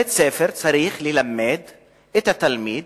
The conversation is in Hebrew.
בית-הספר צריך ללמד את התלמיד